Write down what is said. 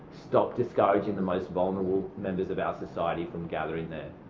stop discouraging the most vulnerable members of our society from gathering there.